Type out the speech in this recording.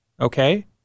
Okay